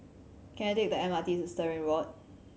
can I take the M R T to Stirling Road